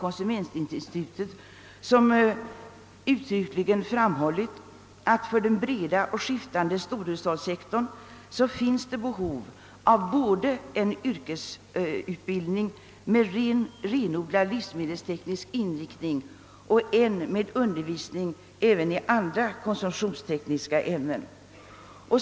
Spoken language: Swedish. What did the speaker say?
Konsumentinstitutet framhåller uttryckligen att det för den breda och skiftande storhushållssektorn finns behov av både en yrkesutbildning med renodlad livsmedelsteknisk inriktning och med en undervisning även i andra konsumtionstekniska ämnen.